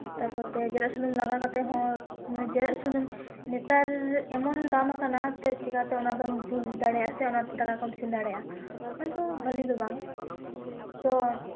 ᱛᱟᱨᱯᱚᱛᱮ ᱡᱚᱨᱚ ᱥᱩᱱᱩᱢ ᱞᱟᱜᱟᱣ ᱠᱟᱛᱮ ᱦᱚᱸ ᱢᱟᱨᱮ ᱡᱚᱨᱚᱜ ᱥᱩᱱᱩᱢ ᱱᱮᱛᱟᱨ ᱮᱢᱚᱱ ᱫᱟᱢ ᱠᱟᱱᱟ ᱛᱮ ᱪᱤᱠᱟᱛᱮ ᱚᱱᱟᱫᱚᱢ ᱡᱩᱞ ᱫᱟᱲᱮᱭᱟᱜᱼᱟ ᱥᱮ ᱚᱱᱟᱛᱮ ᱫᱟᱠᱟ ᱠᱚᱢ ᱤᱥᱤᱱ ᱫᱟᱲᱮᱭᱟᱜᱼᱟ ᱚᱱᱟᱫᱚ ᱵᱷᱟᱞᱮ ᱫᱚ ᱵᱟᱝ ᱛᱚ